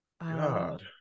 God